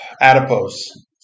Adipose